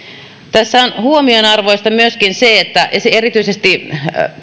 tässä on huomionarvoista myöskin se että erityisesti